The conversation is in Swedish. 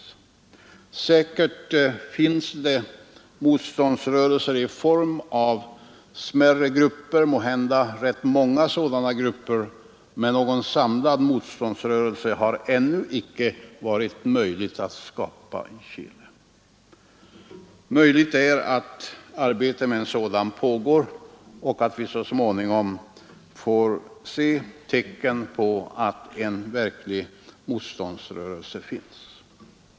Säkert finns det motståndsrörelser i form av smärre grupper, måhända rätt många sådana grupper, men någon samlad motståndsrörelse har det ännu inte varit möjligt att skapa i Chile. Det är möjligt att arbetet med en sådan pågår och att vi så småningom får se tecken på att det finns en verklig motståndsrörelse.